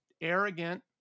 arrogant